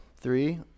three